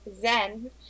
zen